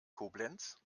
koblenz